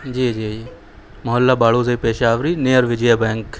جی جی محلہ باروزہ پیشہ وری نیئر وجیہ بینک